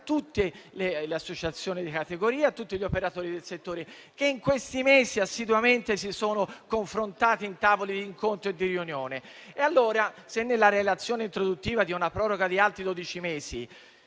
tutte le associazioni di categoria e a tutti gli operatori del settore che, in questi mesi, assiduamente si sono confrontati in tavoli di incontro e di riunione. Nella relazione introduttiva vi è una proroga di altri dodici